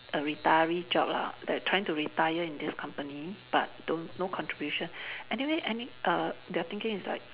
a retiree job lah like trying to retire in this company but don't no contribution anyway any err their thinking is like